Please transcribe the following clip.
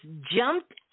jumped